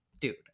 Dude